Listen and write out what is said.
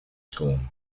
school